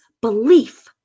belief